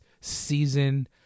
season